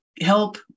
help